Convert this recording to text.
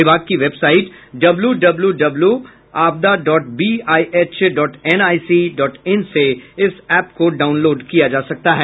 विभाग की website W W W Aapda dot BIH dot NIC dot in से इस एप को डाउनलोड किया जा सकता है